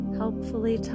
helpfully